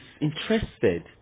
interested